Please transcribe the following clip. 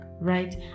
right